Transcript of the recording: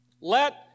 Let